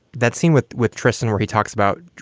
that scene with with tristen, where he talks about